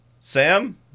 Sam